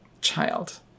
child